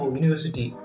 university